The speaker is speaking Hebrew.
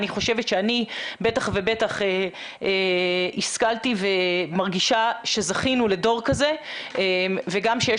אני חושבת שאני בטח ובטח השכלתי ומרגישה שזכינו לדור כזה וגם שיש